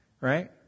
right